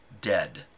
dead